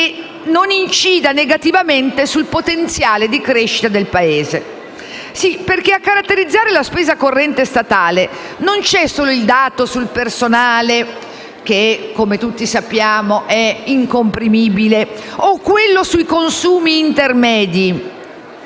non incidere negativamente sul potenziale di crescita del Paese». Sì, perché a caratterizzare la spesa corrente statale non c'è solo il dato sul personale - che, come tutti sappiamo, è incomprimibile - o quello sui consumi intermedi.